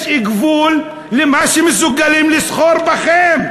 יש גבול למה שמסוגלים לסחור בכם.